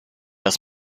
has